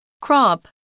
Crop